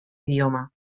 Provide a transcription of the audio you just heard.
idioma